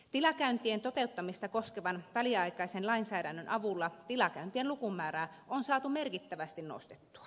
tilakäyntien toteuttamista koskevan väliaikaisen lainsäädännön avulla tilakäyntien lukumäärää on saatu merkittävästi nostettua